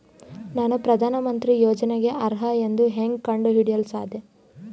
ನಾನು ಪ್ರಧಾನ ಮಂತ್ರಿ ಯೋಜನೆಗೆ ಅರ್ಹ ಎಂದು ಹೆಂಗ್ ಕಂಡ ಹಿಡಿಯಲು ಸಾಧ್ಯ?